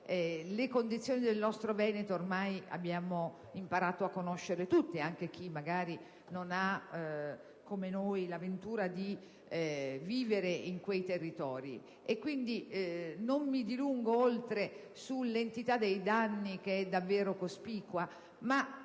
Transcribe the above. Le condizioni del nostro Veneto sono note a tutti, anche a chi magari non ha, come noi, la ventura di vivere in quei territori. Quindi, non mi dilungo oltre sull'entità dei danni che è davvero cospicua.